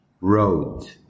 Road